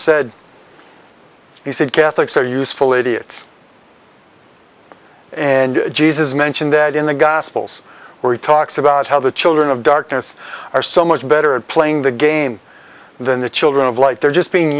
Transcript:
said catholics are useful idiots and jesus mentioned that in the gospels were talks about how the children of darkness are so much better at playing the game than the children of light they're just being